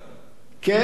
כן,